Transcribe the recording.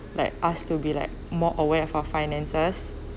like us to be like more aware of our finances